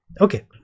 okay